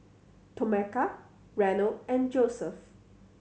Tomeka Reno and Joeseph